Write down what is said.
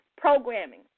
programming